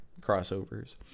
crossovers